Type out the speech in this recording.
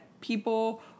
people